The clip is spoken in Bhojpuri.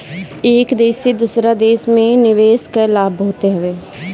एक देस से दूसरा देस में निवेश कअ लाभ बहुते हवे